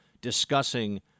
discussing